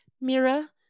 mira